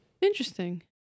Interesting